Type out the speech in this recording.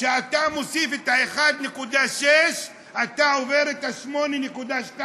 כשאתה מוסיף את ה-1.6% אתה עובר את ה-8.2%.